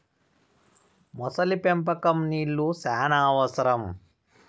మొసలి పెంపకంకి నీళ్లు శ్యానా అవసరం